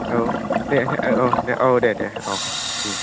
औ दे औ औ दे दे औ